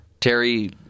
Terry